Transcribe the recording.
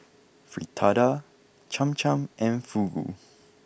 Fritada Cham Cham and Fugu